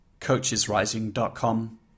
coachesrising.com